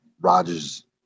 Rodgers